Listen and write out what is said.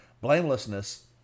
blamelessness